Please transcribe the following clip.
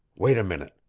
wait a minute.